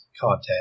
content